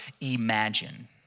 imagine